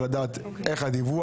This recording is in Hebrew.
לדעת איך הדיווח.